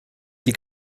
die